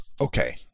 okay